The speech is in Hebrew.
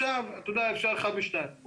אפשר אחת משתיים.